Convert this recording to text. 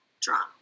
drunk